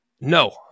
No